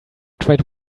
tried